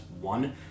one